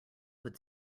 would